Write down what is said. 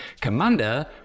Commander